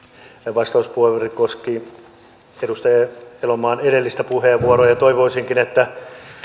vastauspuheenvuoroni koski edustaja elomaan edellistä puheenvuoroa ja ja toivoisinkin että